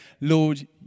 Lord